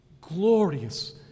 Glorious